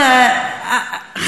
אחד.